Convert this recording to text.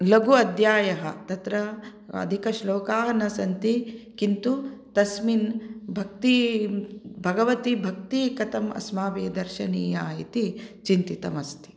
लघु अध्यायः तत्र अधिकश्लोकाः न सन्ति किन्तु तस्मिन् भक्तिः भगवति भक्तिः कथम् अस्माभिः दर्शनीया इति चिन्तितम् अस्ति